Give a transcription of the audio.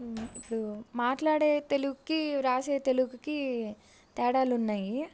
మాట్లాడే తెలుగుకి రాసే తెలుగుకి తేడాలున్నాయి